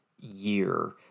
year